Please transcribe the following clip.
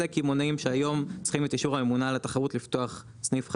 זה קמעונאים שהיום צריכים את אישור הממונה על התחרות לפתוח סניף חדש.